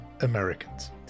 Americans